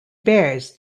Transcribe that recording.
bears